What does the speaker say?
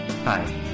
Hi